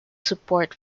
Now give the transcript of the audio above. support